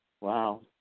Wow